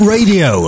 Radio